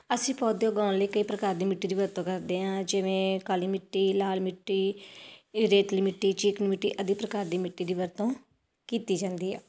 ਅਸੀਂ ਪੌਦੇ ਉਗਾਉਣ ਲਈ ਕਈ ਪ੍ਰਕਾਰ ਦੀ ਮਿੱਟੀ ਦੀ ਵਰਤੋਂ ਕਰਦੇ ਹਾਂ ਜਿਵੇਂ ਕਾਲੀ ਮਿੱਟੀ ਲਾਲ ਮਿੱਟੀ ਰੇਤਲੀ ਮਿੱਟੀ ਚੀਕਣੀ ਮਿੱਟੀ ਅਨੇਕ ਪ੍ਰਕਾਰ ਦੀ ਮਿੱਟੀ ਦੀ ਵਰਤੋਂ ਕੀਤੀ ਜਾਂਦੀ ਹੈ